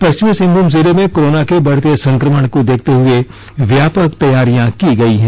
पश्चिमी सिंहभूम जिले में कोरोना के बढ़ते संक्रमण को देखते हुए व्यापक तैयारियां की गई हैं